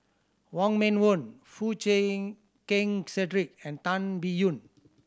Wong Meng Voon Foo Chee Keng Cedric and Tan Biyun